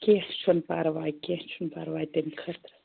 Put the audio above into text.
کیٚنٛہہ چھُنہٕ پرواے کیٚنٛہہ چھُنہٕ پرواے تَمہِ خٲطرٕ